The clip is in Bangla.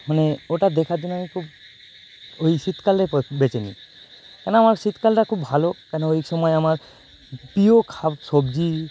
মানে ওটা দেখার জন্য আমি খুব ওই শীতকালের পথ বেছে নিই কেন আমার শীতকালটা খুব ভালো কেন ওই সময় আমার প্রিয় খা সবজি